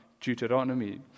Deuteronomy